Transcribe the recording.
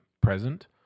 present